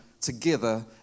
together